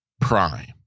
prime